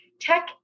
Tech